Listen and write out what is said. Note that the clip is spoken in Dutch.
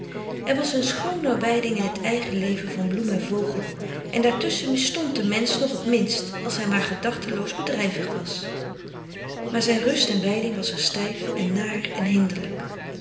er was een schooner wijding in het eigen leven van bloem en vogel en daartusschen misstond de mensch nog t minst als hij maar gedachteloos bedrijvig was maar zijn rust en wijding was er stijf en naar en hinderlijk